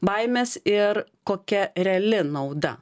baimės ir kokia reali nauda